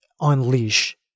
unleash